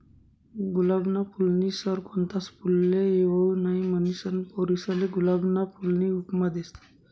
गुलाबना फूलनी सर कोणताच फुलले येवाऊ नहीं, म्हनीसन पोरीसले गुलाबना फूलनी उपमा देतस